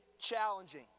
Challenging